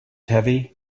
heavy